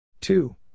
Two